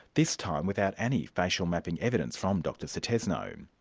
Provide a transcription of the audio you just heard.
this time without any facial mapping evidence from dr sutisno.